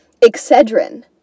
Excedrin